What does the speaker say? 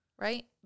right